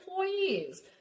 employees